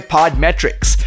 Podmetrics